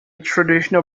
traditional